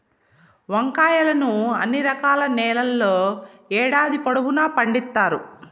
వంకాయలను అన్ని రకాల నేలల్లో ఏడాది పొడవునా పండిత్తారు